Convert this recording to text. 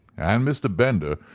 and mr. bender,